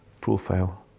profile